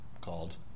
Called